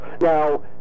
Now